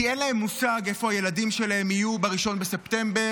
כי אין להם מושג איפה הילדים שלהם יהיו ב-1 בספטמבר,